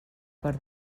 per